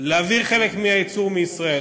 להעביר חלק מהייצור מישראל,